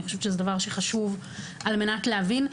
אני חושבת שזה דבר שחשוב על מנת להבין.